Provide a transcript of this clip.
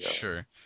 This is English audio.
Sure